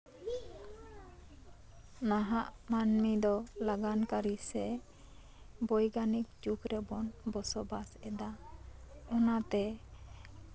ᱱᱟᱦᱟᱜ ᱢᱟᱹᱱᱢᱤ ᱫᱚ ᱞᱟᱜᱟᱱ ᱠᱟᱨᱤ ᱥᱮ ᱵᱳᱭᱜᱟᱱᱤᱠ ᱡᱩᱜᱽ ᱨᱮᱵᱚᱱ ᱵᱚᱥᱚᱵᱟᱥ ᱮᱫᱟ ᱚᱱᱟᱛᱮ